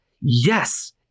Yes